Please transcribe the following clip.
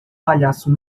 palhaço